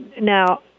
now